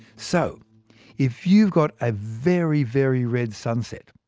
so if you've got a very very red sunset,